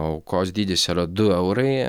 aukos dydis yra du eurai